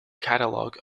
catalogue